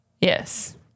Yes